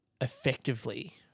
effectively